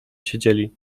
siedzieli